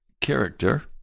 character